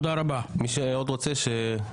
מי שעוד רוצה, שיירשם.